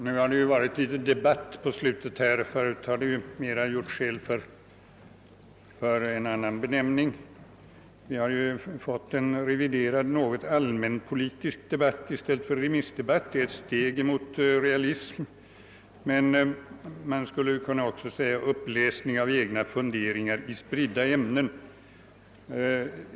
Nu har det ju blivit litet debatt mot slutet; tidigare har menings utbytet mera gjort skäl för benämningen »uppläsning av egna funderingar i spridda ämnen».